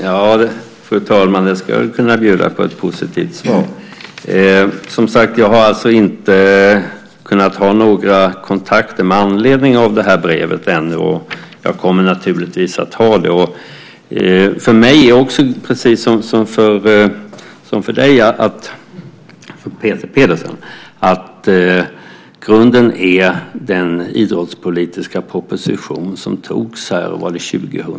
Fru talman! Jag ska väl kunna bjuda på ett positivt svar. Som sagt har jag inte kunnat ha några kontakter med anledning av brevet ännu, men jag kommer naturligtvis att ha det. För mig, precis som Peter Pedersen, är grunden den idrottspolitiska proposition som antogs här år 2000.